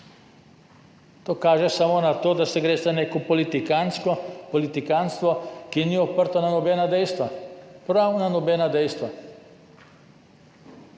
To kaže samo na to, da se greste neko politikantstvo, ki ni oprto na nobena dejstva. Na prav nobena dejstva.